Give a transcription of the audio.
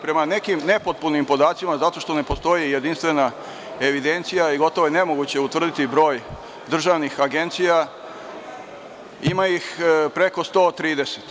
Prema nekim nepotpunim podacima, zato što ne postoji jedinstvena evidencija i gotovo je nemoguće utvrditi broj državnih agencija, ima ih preko 130.